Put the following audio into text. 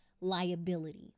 liability